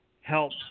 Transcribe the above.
help